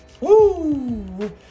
Woo